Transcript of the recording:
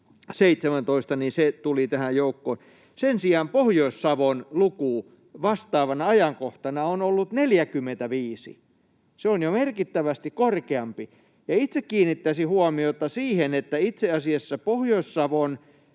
niin se tuli tähän joukkoon. Sen sijaan Pohjois-Savon luku vastaavana ajankohtana on ollut 45, se on jo merkittävästi korkeampi, ja itse kiinnittäisin huomiota siihen, että itse asiassa Pohjois-Savoa